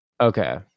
Okay